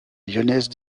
lyonnaise